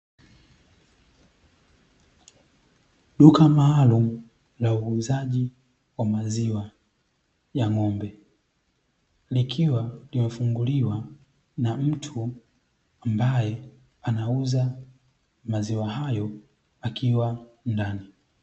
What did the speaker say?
Duka maalum la uuzaji wa maziwa ya ng’ombe, likiwa limefunguliwa na mtu ambaye anauza maziwa hayo akiwa ndani.